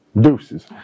Deuces